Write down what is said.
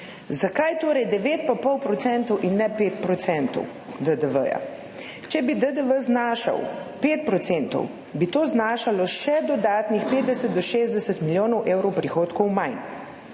Zakaj torej 9,5 % in ne 5 % DDV? Če bi DDV znašal 5 %, bi to znašalo še dodatnih 50 do 60 milijonov evrov prihodkov manj.